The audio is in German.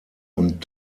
und